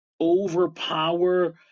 overpower